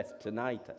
tonight